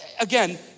again